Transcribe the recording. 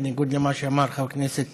בניגוד למה שאמר חבר הכנסת